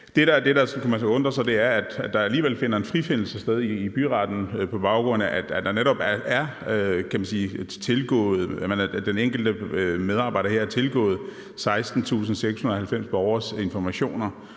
Det, man så kan undre sig over, er, at der alligevel finder en frifindelse sted i byretten, når den enkelte medarbejder netop har tilgået 16.690 borgeres informationer.